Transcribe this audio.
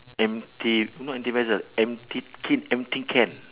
empty not empty vessel empty kit empty can